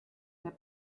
that